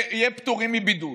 שנהיה פטורים מבידוד,